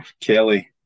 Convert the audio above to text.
Kelly